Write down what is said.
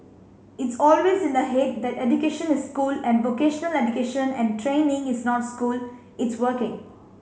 it's always in the head that education is school and vocational education and training is not school it's working